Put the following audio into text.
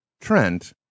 Trent